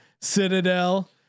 Citadel